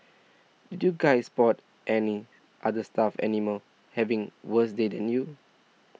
did you guys spot any other stuffed animals having worse day than you